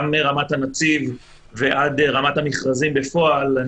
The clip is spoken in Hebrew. גם מרמת הנציב ועד רמת המכרזים בפועל.